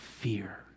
fear